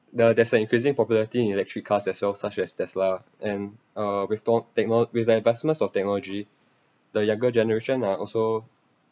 the there's an increasing popularity in electric cars as well such as tesla and uh with don~ techno~ with advancements of technology the younger generation are also